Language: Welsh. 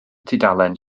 tudalen